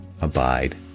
abide